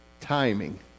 timing